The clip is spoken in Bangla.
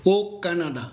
ও কানাডা